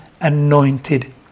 anointed